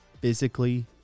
physically